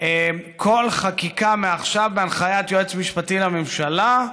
שכל חקיקה מעכשיו, בהנחיית יועץ משפטי לממשלה,